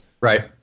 right